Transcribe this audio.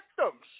victims